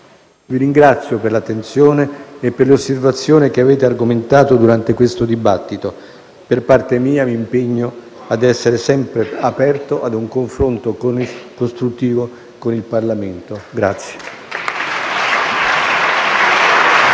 Vi ringrazio per l'attenzione e per le osservazioni che avete argomentato durante questo dibattito. Per parte mia, mi impegno a essere sempre aperto a un confronto costruttivo con il Parlamento.